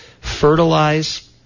fertilize